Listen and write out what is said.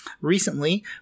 recently